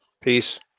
Peace